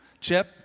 Chip